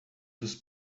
dos